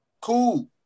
Cool